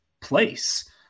place